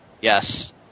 Yes